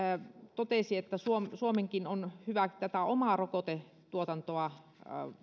totesi suomenkin on hyvä tätä omaa rokotetuotantoa